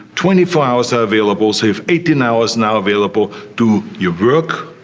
twenty four hours are available so you have eighteen hours now available to your work,